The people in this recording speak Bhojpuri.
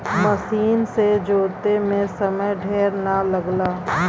मसीन से जोते में समय ढेर ना लगला